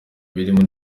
birimo